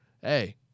Hey